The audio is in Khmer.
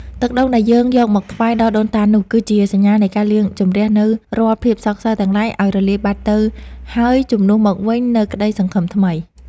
ទឹកដូងដែលយើងយកមកថ្វាយដល់ដូនតានោះ គឺជាសញ្ញានៃការលាងជម្រះនូវរាល់ភាពសោកសៅទាំងឡាយឱ្យរលាយបាត់ទៅហើយជំនួសមកវិញនូវក្តីសង្ឃឹមថ្មី។